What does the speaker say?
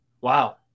Wow